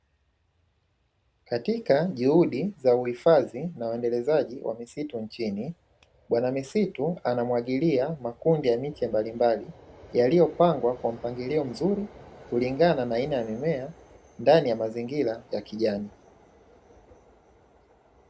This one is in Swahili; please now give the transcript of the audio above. Katika juhudi za uhifadhi na uendelezaji wa misitu nchini, bwana misitu anamwagilia makundi ya miche mbalimbali, yaliyopangwa kwa mpangilio mzuri kulingana na aina ya mimea ndani ya mazingira ya kijani.